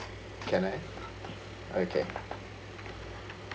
can I okay